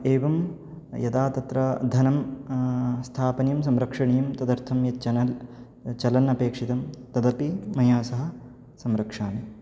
एवं यदा तत्र धनं स्थापनीयं संरक्षणीयं तदर्थं यत् चलन् चलन् अपेक्षितं तदपि मया सह संरक्षामि